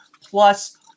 plus